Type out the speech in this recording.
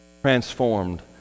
transformed